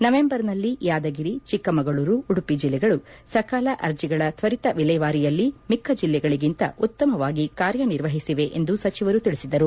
ನವೆಂಬರ್ನಲ್ಲಿ ಯಾದಗಿರಿ ಚಿಕ್ಕಮಗಳೂರು ಉಡುಪಿ ಜಿಲ್ಲೆಗಳು ಸಕಾಲ ಅರ್ಜಿಗಳ ತ್ವರಿತ ವಿಲೇವಾರಿಯಲ್ಲಿ ಮಿಕ್ಕ ಜಿಲ್ಲೆಗಳಿಗಿಂತ ಉತ್ತಮವಾಗಿ ಕಾರ್ಯನಿರ್ವಹಿಸಿವೆ ಎಂದು ಸಚಿವರು ತಿಳಿಸಿದರು